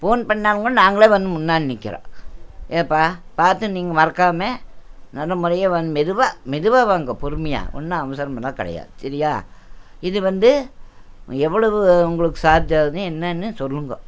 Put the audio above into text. phone பண்ணாங்கனா நாங்களே வந்து முன்னாடி நிற்கிறோம் ஏப்பா பார்த்து நீங்கள் மறக்காமல் நல்ல முறையாக வந் மெதுவாக மெதுவாக வாங்கோ பொறுமையாக ஒன்று அவசரமெல்லான் கிடையாது சரியா இது வந்து எவ்வளவு உங்களுக்கு சார்ஜ் ஆகுது என்னன்னு சொல்லுங்கோ